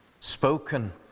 spoken